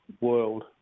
world